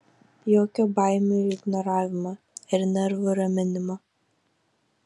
jokio baimių ignoravimo ir nervų raminimo